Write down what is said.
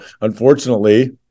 unfortunately